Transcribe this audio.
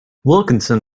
wilkinson